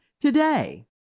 today